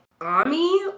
Ami